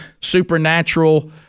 supernatural